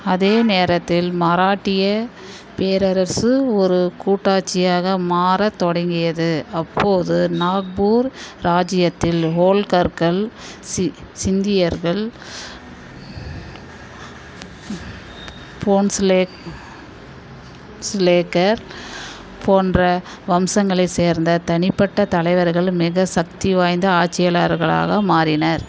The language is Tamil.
அதே நேரத்தில் மராட்டிய பேரரசு ஒரு கூட்டாட்சியாக மாறத் தொடங்கியது அப்போது நாக்பூர் ராஜ்யத்தில் ஹோல்கர்கள் சிந்தியர்கள் போன்ஸ்லே லேக்கர் போன்ற வம்சங்களைச் சேர்ந்த தனிப்பட்ட தலைவர்கள் மிகச் சக்தி வாய்ந்த ஆட்சியளர்களாக மாறினர்